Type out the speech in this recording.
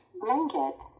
blanket